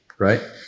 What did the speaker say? right